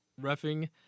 roughing